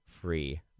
Free